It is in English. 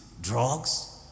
Drugs